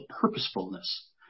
purposefulness